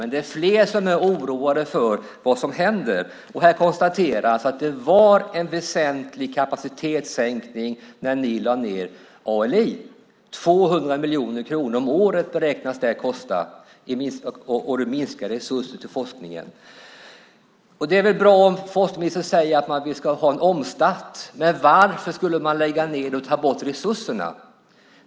Men det är fler som är oroade för vad som händer. Här konstateras att det var en väsentlig kapacitetssänkning när ni lade ned ALI. 200 miljoner kronor om året beräknas det kosta i minskade resurser till forskningen. Det är väl bra att forskningsministern talar om att det ska vara en omstart. Men varför skulle man lägga ned och ta bort resurserna?